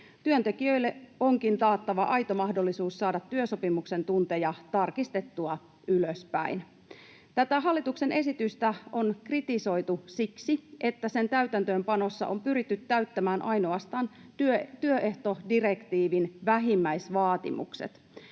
Työntekijöille onkin taattava aito mahdollisuus saada työsopimuksen tunteja tarkistettua ylöspäin. Tätä hallituksen esitystä on kritisoitu siksi, että sen täytäntöönpanossa on pyritty täyttämään ainoastaan työehtodirektiivin vähimmäisvaatimukset.